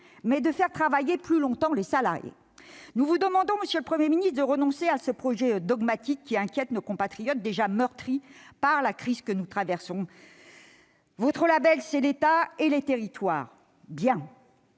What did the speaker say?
mais à faire travailler plus longtemps les salariés. Nous vous demandons, monsieur le Premier ministre, de renoncer à ce projet dogmatique, suscitant des inquiétudes parmi nos compatriotes déjà meurtris par la crise que nous traversons. Votre label, c'est l'État et les territoires. Bien